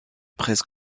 presse